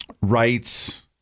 rights